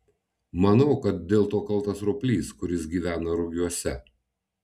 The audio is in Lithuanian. manau kad dėl to kaltas roplys kuris gyvena rugiuose